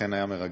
אכן היה מרגש,